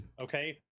Okay